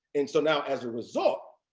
and so now, as a result,